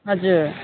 हजुर